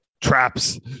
traps